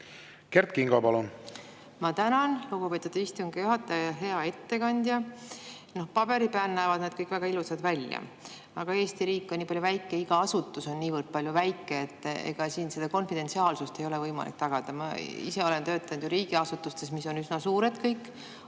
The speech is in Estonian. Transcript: Kert Kingo, palun! Ma tänan, lugupeetud istungi juhataja! Hea ettekandja! Paberi peal näevad need kõik väga ilusad välja, aga Eesti riik on nii väike, iga asutus on nii väike, et ega siin konfidentsiaalsust ei ole võimalik tagada. Ma ise olen töötanud riigiasutustes, mis on üsna suured,